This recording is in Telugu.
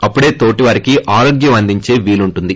అప్పుడే తోటివారికి ఆరోగ్యం అందించే వీలుంటుంది